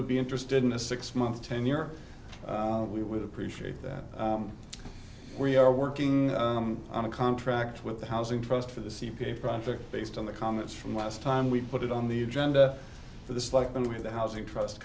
would be interested in a six month tenure we would appreciate that we are working on a contract with the housing trust for the c p a project based on the comments from last time we put it on the agenda for this like when we have the housing trust